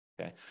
Okay